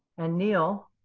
and neil,